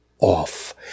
off